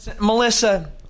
Melissa